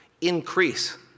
increase